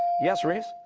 yes, rhys.